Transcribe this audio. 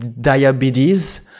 diabetes